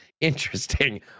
interesting